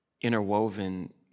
interwoven